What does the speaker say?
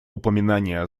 упоминания